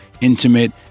intimate